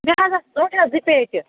مےٚ حظ آسہٕ ژوٗنٛٹھٮ۪س زٕ پیٚٹہِ